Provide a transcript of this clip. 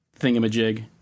thingamajig